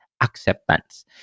acceptance